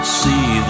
see